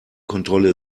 kontrolle